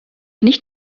nicht